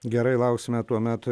gerai lauksime tuomet